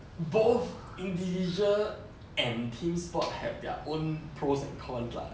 both individual and team sport have their own pros and cons lah